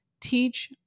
teach